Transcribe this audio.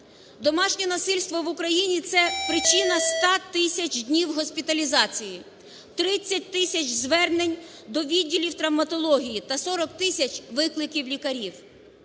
Домашнє насильство в Україні – це причина 100 тисяч днів госпіталізації, 30 тисяч звернень до відділів травматології та 40 тисяч викликів лікарів.